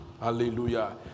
Hallelujah